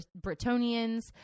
Britonians